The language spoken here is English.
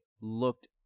looked